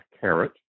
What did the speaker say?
carrot